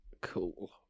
Cool